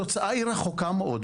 התוצאה היא רחוקה מאוד.